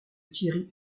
thierry